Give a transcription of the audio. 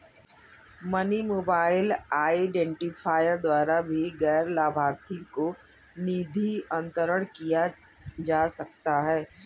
money mobile identifier द्वारा भी गैर लाभार्थी को निधि अंतरण किया जा सकता है